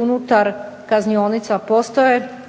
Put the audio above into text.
unutar kaznionica postoje